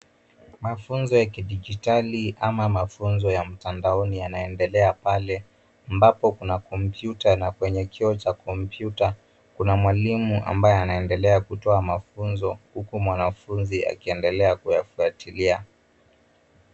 Mafunzo ya kidijitali ama mafunzo ya mtandaoni yanaenedelea pale ambapo kuna kompyuta na kwenye kiooo cha kompyuta kuna mwalimu ambaye anendelea kutoa mafunzo huku mwanafunzi akiendelea kuyafuatilia.